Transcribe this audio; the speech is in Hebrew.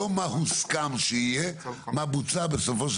לא מה הוסכם שיהיה אלא מה בוצע בסופו של